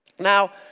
Now